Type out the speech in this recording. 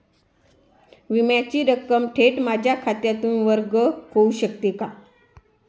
विम्याची रक्कम थेट माझ्या खात्यातून वर्ग होऊ शकते का?